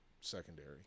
secondary